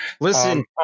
Listen